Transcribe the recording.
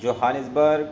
Johannesburg